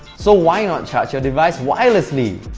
so why not charge your device wirelessly